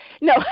No